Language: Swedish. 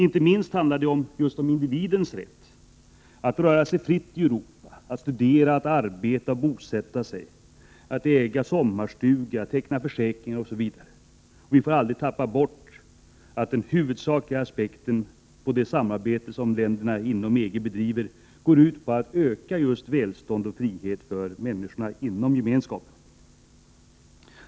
Det handlar inte minst om individens rätt att röra sig fritt i Europa, att studera, att arbeta och bosätta sig, att äga sommarstuga, att teckna försäkring osv. Vi får aldrig glömma bort att det grundläggande för det samarbete som länderna inom EG bedriver är just att öka välstånd och frihet för människorna inom Gemenskapen.